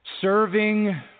serving